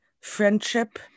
friendship